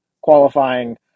qualifying